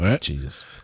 Jesus